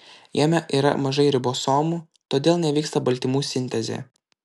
jame yra mažai ribosomų todėl nevyksta baltymų sintezė